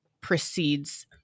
precedes